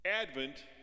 Advent